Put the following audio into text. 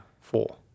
four